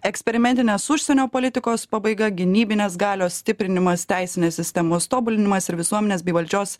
eksperimentinės užsienio politikos pabaiga gynybinės galios stiprinimas teisinės sistemos tobulinimas ir visuomenės bei valdžios